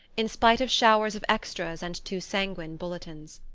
in spite of showers of extras and too-sanguine bulletins.